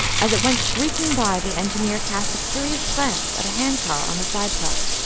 as it went shrieking by the engineer cast a curious glance at a hand-car on the side-track.